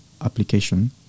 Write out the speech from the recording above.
application